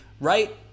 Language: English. right